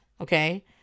Okay